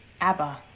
abba